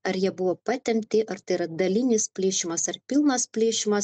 ar jie buvo patempti ar tai yra dalinis plyšimas ar pilnas plyšimas